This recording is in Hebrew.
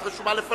את רשומה לפניו.